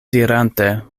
dirante